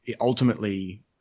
ultimately